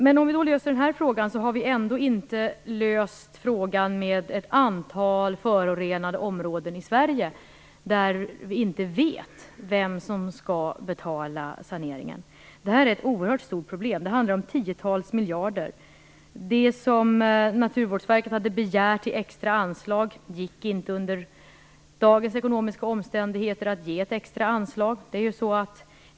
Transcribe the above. Även om vi löser den här frågan har vi ändå inte löst frågan med ett antal förorenade områden i Sverige där vi inte vet vem som skall betala saneringen. Det är ett oerhört stort problem. Det handlar om tiotals miljarder kronor. Det som Naturvårdsverket hade begärt i extra anslag gick inte under dagens ekonomiska omständigheter att ge.